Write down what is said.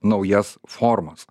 naujas formas